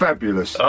Fabulous